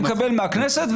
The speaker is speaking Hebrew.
אני מקבל מהכנסת,